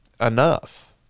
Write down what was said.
enough